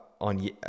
on